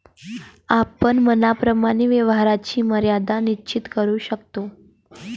आपण मनाप्रमाणे व्यवहाराची मर्यादा निश्चित करू शकतो